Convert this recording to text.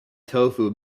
tofu